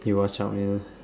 you watch out man